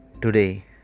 today